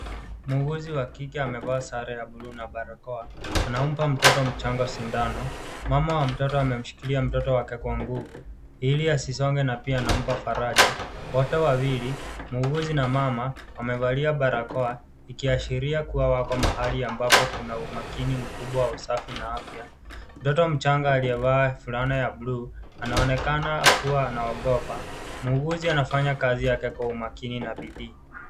Muuguzi wa kike amevaasare ya bluu na barakoa anampa mtoto mdogo sindano mama wa mtoto amemshikilia mtoto wake kwa nguvu iliasisonge na pia anampa faraja, wote wawili muuguzi na mama wamevalia barakoa ikiashiria kwamba wako mahali ambapo kuna umakini mkubwa wa usafi na afya, mtoto mchanga aliyevaa mavazi ya bluu anaonekana kuwa anaogopa muuguzi anafanya kazi yake kwa umakini na kwa bidii.